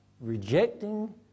rejecting